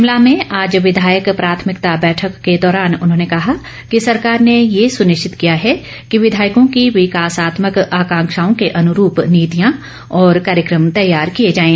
शिमला में आज विधायक प्राथमिकता बैठक के दौरान उन्होंने कहा कि सरकार ने ये सुनिश्चित किया है कि विधायकों की विकासात्मक आकांक्षाओं के अनुरूप नीतियां और कार्यक्रम तैयार किए जाएं